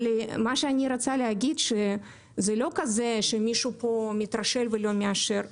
אני רוצה להגיד שזה לא שמישהו פה מתרשל ולא מאשר.